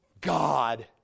God